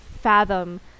fathom